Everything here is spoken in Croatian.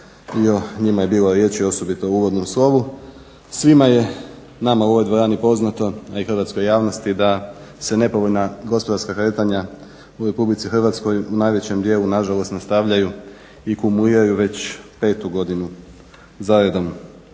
i o njima je bilo riječi osobito u uvodnom slovu, svima je nama u ovoj dvorani poznato a i hrvatskoj javnosti da se nepovoljna gospodarska kretanja u Republici Hrvatskoj u najvećem dijelu na žalost nastavljaju i kumuliraju već petu godinu zaredom